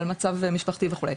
על מצב משפחתי וכו'.